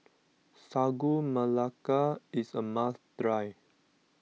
Sagu Melaka is a must try